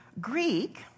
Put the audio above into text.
Greek